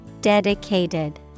dedicated